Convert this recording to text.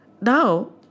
Now